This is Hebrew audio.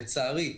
לצערי,